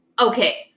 Okay